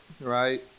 right